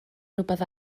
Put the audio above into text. rhywbeth